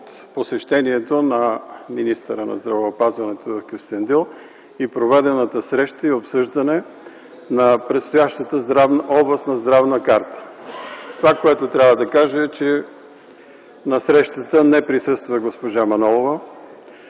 от посещението на министъра на здравеопазването в Кюстендил и проведената среща и обсъждане на предстоящата областна здравна карта. Това, което трябва да кажа, е, че на срещата не присъства госпожа Манолова.